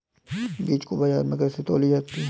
बीज को बाजार में कैसे तौली जाती है?